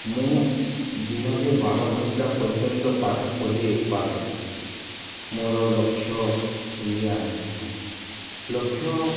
ମୁଁ ଦିନକେ ବାର ଘଣ୍ଟା ପର୍ଯ୍ୟନ୍ତ ପାଠ ପଢ଼ାଇ ପାରେ ମୋର ଲକ୍ଷ ଇଣ୍ଡିଆ ଆର୍ମି ଲକ୍ଷ୍ୟ